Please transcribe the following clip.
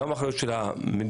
וגם אחריות של המדינה.